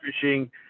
fishing